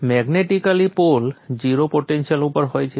magnetically pole 0 potential ઉપર હોય છે